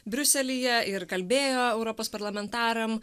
briuselyje ir kalbėjo europos parlamentaram